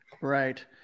Right